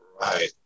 Right